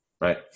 right